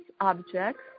objects